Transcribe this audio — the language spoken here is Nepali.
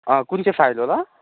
अँ कुन चाहिँ फाइल होला